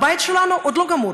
הבית שלנו עוד לא גמור.